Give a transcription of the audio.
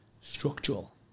Structural